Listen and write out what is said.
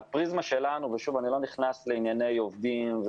מהפריזמה שלנו ושוב אני לא נכנס לענייני עובדים,